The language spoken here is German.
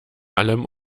allem